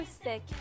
stick